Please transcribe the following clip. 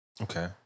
Okay